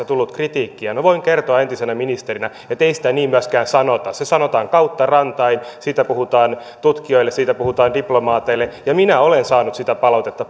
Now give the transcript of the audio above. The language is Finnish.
tullut kritiikkiä voin kertoa entisenä ministerinä ettei sitä niin myöskään sanota se sanotaan kautta rantain siitä puhutaan tutkijoille siitä puhutaan diplomaateille minä olen saanut sitä palautetta